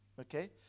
Okay